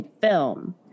film